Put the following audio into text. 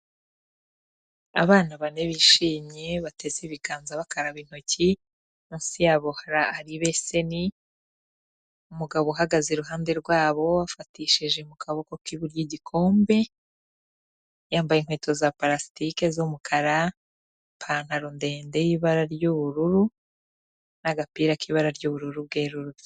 Abana bane bishimye, batese ibiganza bakaraba intoki, munsi yabo hari ibeseni, umugabo uhagaze iruhande rwabo afatishije mu kaboko k'iburyo igikombe, yambaye inkweto za parasitike z'umukara, ipantaro ndende y'ibara ry'ubururu, n'agapira k'ibara ry'ubururu bwerurutse.